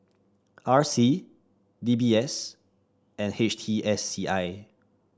R C D B S and H T S C I